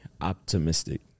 optimistic